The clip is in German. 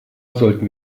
sollten